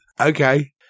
Okay